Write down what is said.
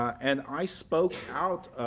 and i spoke out